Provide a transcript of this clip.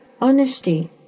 honesty